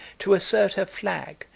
to assert her flag,